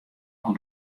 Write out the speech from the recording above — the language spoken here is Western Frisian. oan